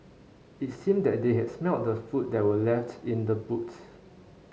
it seemed that they had smelt the food that were left in the boot